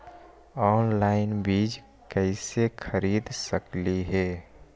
Online बीज कईसे खरीद सकली हे?